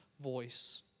voice